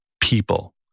people